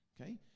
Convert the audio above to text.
Okay